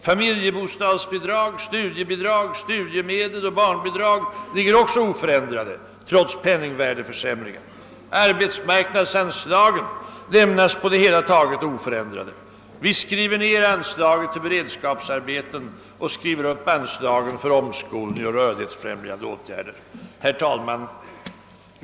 Familjebostadsbidrag, studiebidrag, studiemedel och barnbidrag ligger också oförändrade trots penningvärdeförsämringen. Arbetsmarknadsanslagen lämnas på det hela taget oförändrade. Vi skriver ned anslagen till beredskapsarbeten och skriver upp anslagen för omskolning och rörlighetsfrämjande åtgärder. Herr talman!